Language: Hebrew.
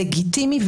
לגיטימי,